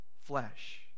flesh